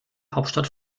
hauptstadt